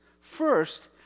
First